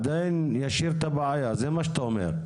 עדיין ישאיר את הבעיה, זה מה שאתה אומר.